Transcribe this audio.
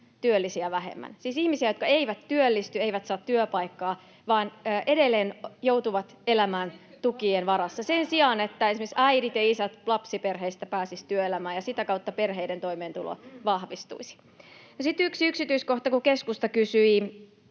työllisiä vähemmän, siis on ihmisiä, jotka eivät työllisty, eivät saa työpaikkaa vaan edelleen joutuvat elämään tukien varassa sen sijaan, [Li Andersson: 70 000 köyhää vähemmän, ajattele!] että esimerkiksi äidit ja isät lapsiperheistä pääsisivät työelämään ja sitä kautta perheiden toimeentulo vahvistuisi. Sitten yksi yksityiskohta, kun keskusta kysyi